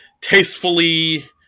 tastefully